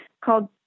called